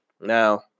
Now